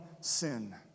sin